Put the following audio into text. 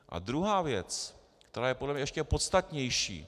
A druhá věc, která je podle mě ještě podstatnější.